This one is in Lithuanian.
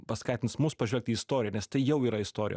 paskatins mus pažvelgt į istoriją nes tai jau yra istorija